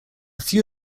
few